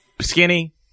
skinny